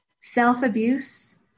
self-abuse